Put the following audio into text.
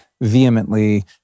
vehemently